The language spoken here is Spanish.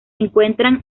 encuentran